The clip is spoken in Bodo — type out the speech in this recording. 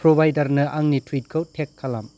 प्रोवाइडरनो आंनि टुइटखौ टेग खालाम